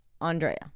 Andrea